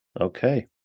Okay